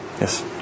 Yes